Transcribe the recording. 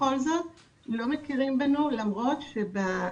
בכל זאת לא מכירים בנו למרות שבחוק